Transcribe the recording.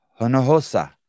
Honohosa